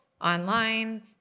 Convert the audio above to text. online